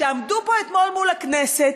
שעמדו פה אתמול מול הכנסת,